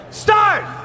start